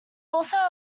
also